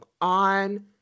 on